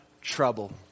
trouble